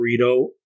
burrito